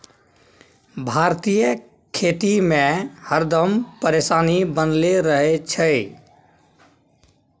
भारतीय खेती में हरदम परेशानी बनले रहे छै